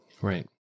Right